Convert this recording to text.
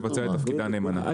לבצע את עבודתה נאמנה.